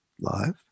live